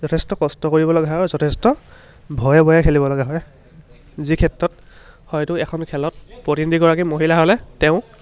যথেষ্ট কষ্ট কৰিবলগা হয় আৰু যথেষ্ট ভয়ে বয়ে খেলিব লগা হয় যি ক্ষেত্ৰত হয়তো এখন খেলত প্ৰতিনিধিগৰাকী মহিলা হ'লে তেওঁক